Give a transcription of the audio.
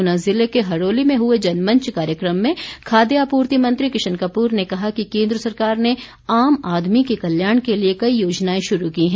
ऊना ज़िले के हरोली में हुए जनमंच कार्यक्रम में खाद्य आपूर्ति मंत्री किशन कपूर ने कहा कि केन्द्र सरकार ने आम आदमी के कल्याण के लिए कई योजनाएं शुरू की हैं